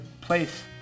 place